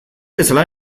bezala